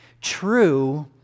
true